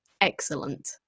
excellent